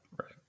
Right